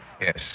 Yes